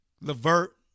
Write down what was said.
Levert